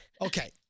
Okay